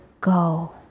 go